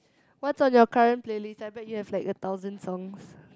what's on your current playlist I bet you have like a thousand songs